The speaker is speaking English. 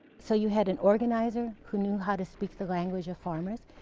so you had an organizer who knew how to speak the language of farmers.